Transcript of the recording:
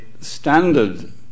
standard